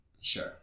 Sure